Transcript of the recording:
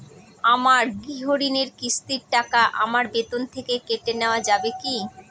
আমার গৃহঋণের কিস্তির টাকা আমার বেতন থেকে কেটে নেওয়া যাবে কি?